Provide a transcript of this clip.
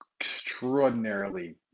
extraordinarily